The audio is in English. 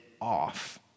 off